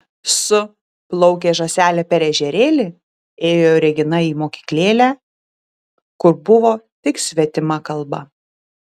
su plaukė žąselė per ežerėlį ėjo regina į mokyklėlę kur buvo tik svetima kalba